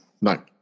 No